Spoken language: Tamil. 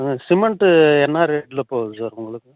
சிமெண்ட் என்ன ரேட்டில் சார் போகுது உங்களுக்கு